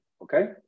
okay